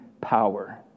power